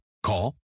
Call